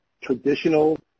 traditional